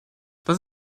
das